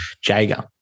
Jager